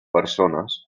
persones